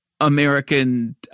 American